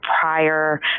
prior